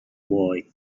boy